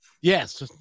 Yes